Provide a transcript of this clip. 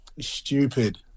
stupid